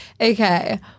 Okay